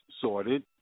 sorted